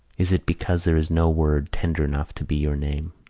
is it because there is no word tender enough to be your name?